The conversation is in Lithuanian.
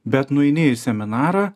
bet nueini į seminarą